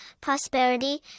prosperity